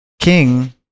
king